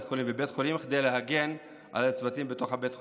חולים כדי להגן על הצוותים בתוך בית החולים,